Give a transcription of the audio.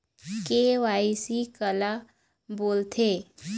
KYC काला बोलथें?